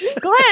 Glenn